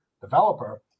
developer